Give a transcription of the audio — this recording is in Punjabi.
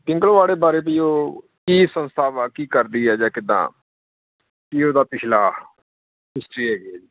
ਪਿੰਗਲਵਾੜੇ ਬਾਰੇ ਵੀ ਉਹ ਕੀ ਸੰਸਥਾ ਵਾ ਕੀ ਕਰਦੀ ਆ ਜਾਂ ਕਿੱਦਾ ਕੀ ਉਹਦਾ ਪਿਛਲਾ ਹਿਸਟਰੀ ਹੈਗੀ ਆ ਜੀ